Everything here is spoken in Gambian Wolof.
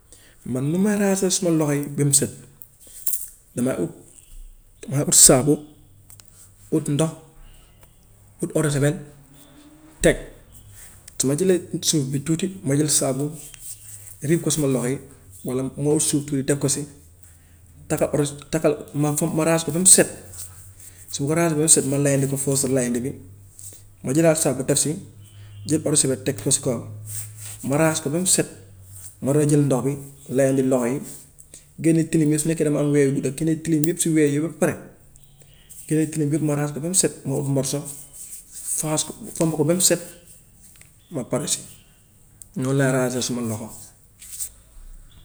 Man nu may raxasee suma loxo yi ba mu set damay ut, damay ut saabu, ut ndox, ut eau de javel teg. Su ma jëlee ut suuf bi tuuti ma jël saabu riig ko suma loxo yi walla ma ut suuf tuuti teg ko si tàqal odu- taqal ma fo- ma raxas ko ba mu set, su ma ko raxasee ba mu set ma layandi ko first layandi bi, ma jëlaat saabu def si, jël odusavel teg ko si kawam ma raxas ko ba mu set ma doog a jël ndox bi layandi loxo yi, génnee tilim yi su nekkee damaa am we yu gudda clean clean yëpp si we yi ba pare tilim tilim yëpp ma raxas ko ba mu set ma ut morso faxas ko, fomp ko ba mu set ma pare si. Noonu laay raxasee suma loxo.